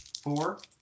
Four